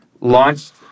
launched